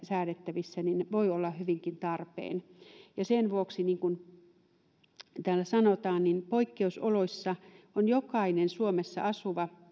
säädettävissä voi olla hyvinkin tarpeen ja sen vuoksi niin kuin täällä sanotaan poikkeusoloissa jokainen suomessa asuva